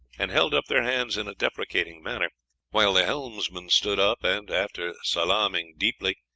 and held up their hands in a deprecating manner while the helmsman stood up and, after salaaming deeply,